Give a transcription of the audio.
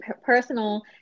personal